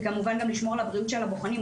וכמובן גם לשמור על הבריאות של הבוחנים.